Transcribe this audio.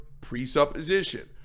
presupposition